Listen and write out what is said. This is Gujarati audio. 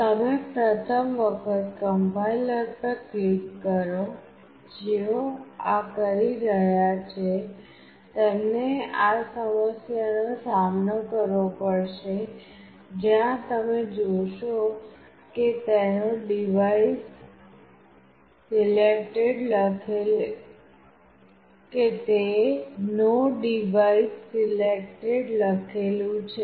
તમે પ્રથમ વખત કમ્પાઇલર પર ક્લિક કરો જેઓ આ કરી રહ્યા છે તેમને આ સમસ્યાનો સામનો કરવો પડશે જ્યાં તમે જોશો કે તે નો ડિવાઇસ સિલેક્ટેડ લખેલું છે